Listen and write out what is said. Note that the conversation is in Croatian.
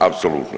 Apsolutno.